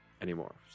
anymore